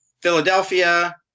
Philadelphia